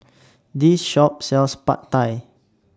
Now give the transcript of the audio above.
This Shop sells Pad Thai